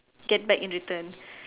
get back in return